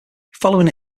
following